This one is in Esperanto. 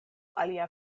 alia